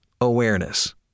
awareness